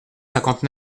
cinquante